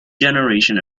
generation